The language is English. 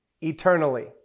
eternally